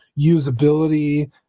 usability